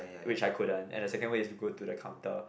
which I couldn't and the second way is go to the counter